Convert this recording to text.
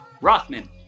Rothman